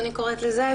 אני קוראת לזה,